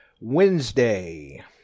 Wednesday